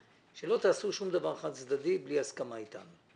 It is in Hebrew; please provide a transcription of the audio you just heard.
שלא תעשו שום דבר חד צדדי בלי הסכמה אתנו.